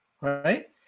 right